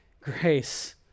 grace